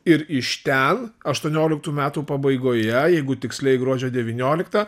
ir iš ten aštuonioliktų metų pabaigoje jeigu tiksliai gruodžio devynioliktą